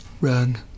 Run